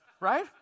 right